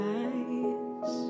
eyes